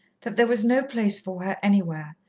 that there was no place for her anywhere,